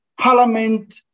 parliament